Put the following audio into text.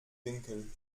winkel